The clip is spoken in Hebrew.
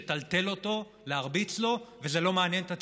לטלטל אותו, להרביץ לו וזה לא מעניין את הציבור,